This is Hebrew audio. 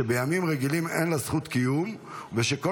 שבימים רגילים אין לה זכות קיום ושכל